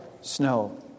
snow